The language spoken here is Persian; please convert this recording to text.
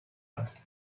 است